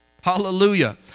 Hallelujah